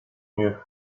mieux